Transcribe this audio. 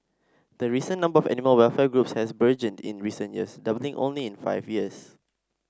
the recent number of animal welfare groups has burgeoned in recent years doubling in only five years